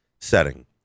setting